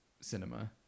cinema